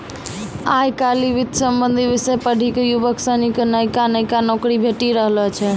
आय काइल वित्त संबंधी विषय पढ़ी क युवक सनी क नयका नयका नौकरी भेटी रहलो छै